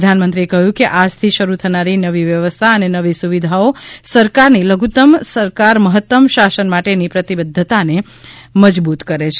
પ્રધાનમંત્રીએ કહ્યું કે આજથી શરૂ થનારી નવી વ્યવસ્થા અને નવી સુવિધાઓ સરકારની લધુતમ સરકાર મહત્તમ શાસન માટેની પ્રતિબદ્વતાને મજબૂત કરે છે